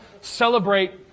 celebrate